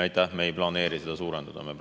Aitäh! Me ei planeeri seda suurendada. Me